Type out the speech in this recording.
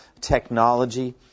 technology